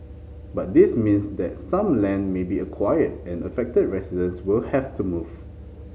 but this means that some land may be acquired and affected residents will have to move